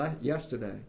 yesterday